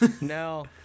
no